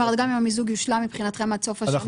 גם אם המיזוג יושלם מבחינתכם עד סוף השנה